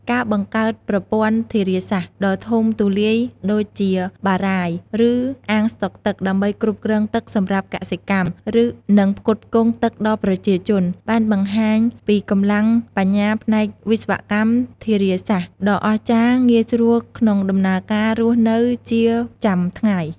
ការបង្កើតប្រព័ន្ធធារាសាស្ត្រដ៏ធំទូលាយដូចជាបារាយណ៍ ឬ អាងស្តុកទឹក ដើម្បីគ្រប់គ្រងទឹកសម្រាប់កសិកម្ម និងផ្គត់ផ្គង់ទឹកដល់ប្រជាជន បានបង្ហាញពីកម្លាំងបញ្ញាផ្នែកវិស្វកម្មធារាសាស្ត្រដ៏អស្ចារ្យងាយស្រួលក្នុងដំណើរការរស់នៅជាចាំថ្ងៃ។